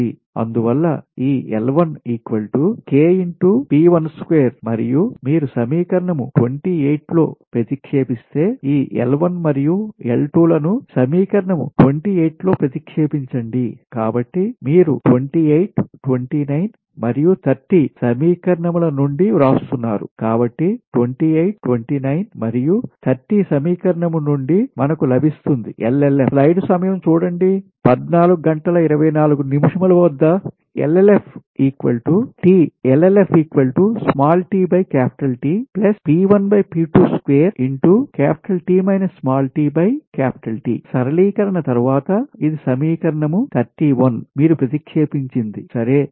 అందువల్ల ఈ మరియు మీరు సమీకరణం28 లో ప్రతిక్షేపిస్తే ఈ L 1 మరియు L 2 లను సమీకరణం 28 లో ప్రతిక్షేపించండి కాబట్టి మీరు 28 29 మరియు 30 సమీకరణం ల నుండి వ్రాస్తున్నారు కాబట్టి 28 29 మరియు 30 సమీకరణం నుండి మనకు లభిస్తుంది సరళీకరణ తరువాత ఇది సమీకరణం 31 మీరు ప్రతిక్షేపించింది సరే